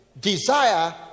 desire